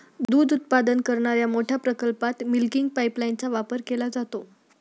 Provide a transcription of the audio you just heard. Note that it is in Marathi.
दूध उत्पादन करणाऱ्या मोठ्या प्रकल्पात मिल्किंग पाइपलाइनचा वापर केला जातो